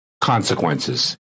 consequences